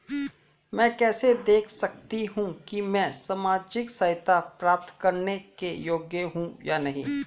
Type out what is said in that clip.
मैं कैसे देख सकती हूँ कि मैं सामाजिक सहायता प्राप्त करने के योग्य हूँ या नहीं?